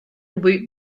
woot